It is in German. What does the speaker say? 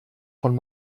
von